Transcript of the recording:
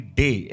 day